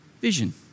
vision